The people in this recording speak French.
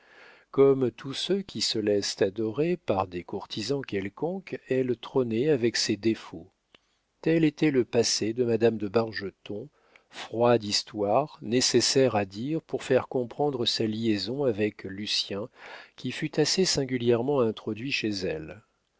comme tous ceux qui se laissent adorer par des courtisans quelconques elle trônait avec ses défauts tel était le passé de madame de bargeton froide histoire nécessaire à dire pour faire comprendre sa liaison avec lucien qui fut assez singulièrement introduit chez elle